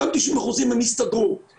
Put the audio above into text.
אותם 90 אחוזים יסתדרו,